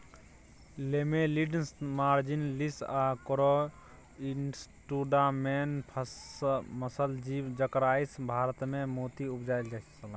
Lamellidens marginalis आ corrianus दु टा मेन मसल जीब जकरासँ भारतमे मोती उपजाएल जाइ छै